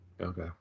Okay